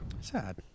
Sad